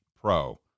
pro